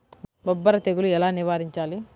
బొబ్బర తెగులు ఎలా నివారించాలి?